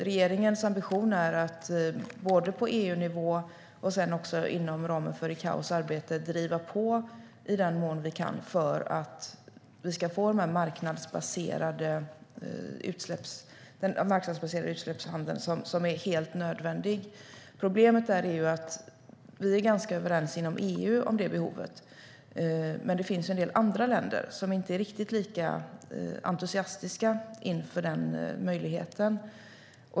Regeringens ambition är att på EU-nivå och inom ramen för ICAO:s arbete driva på i den mån vi kan för att vi ska få den marknadsbaserade utsläppshandel som är helt nödvändig. Vi är ganska överens inom EU om det behovet. Men problemet är att det finns en del andra länder som inte är lika entusiastiska inför den möjligheten.